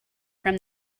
from